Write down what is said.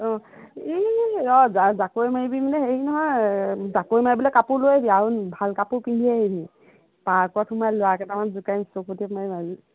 অঁ ই ৰ জা জাকৈ মাৰিবি মানে হেৰি নহয় জাকৈ মাৰিবলৈ কাপোৰ লৈ আহিবি আৰু ভাল কাপোৰ পিন্ধি আহিবি পাৰ্কত সোমাই ল'ৰাকেইটামান জোকাই চুপতি মাৰিম আজি